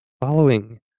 Following